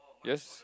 yes